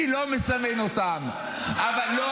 אני לא מסמן אותם ------ לא,